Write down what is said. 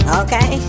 okay